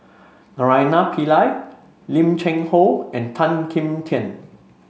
Naraina Pillai Lim Cheng Hoe and Tan Kim Tian